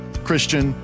Christian